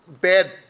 bad